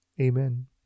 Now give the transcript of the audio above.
Amen